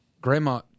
Grandma